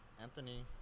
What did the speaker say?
Anthony